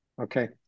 okay